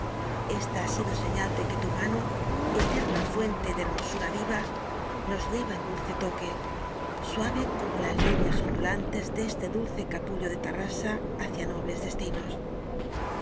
esta ha sido señal de que tu mano eterna fuente de hermosura viva nos lleva en dulce toque suave como las líneas ondulantes de este dulce capullo de tarrasa hacia nobles destinos